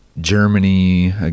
Germany